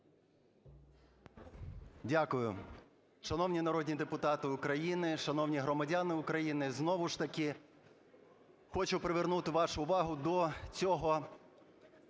Дякую. Шановні народні депутати України, шановні громадяни України, знову ж таки хочу привернути вашу увагу до цього,